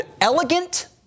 elegant